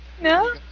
No